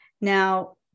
Now